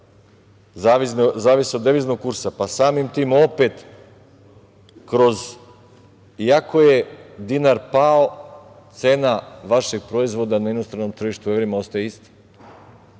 zavise od deviznog kursa, pa samim tim opet kroz, iako je dinar pao cena vašeg proizvoda na inostranom tržištu u evrima ostaje isti,